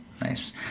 nice